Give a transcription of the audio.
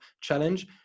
challenge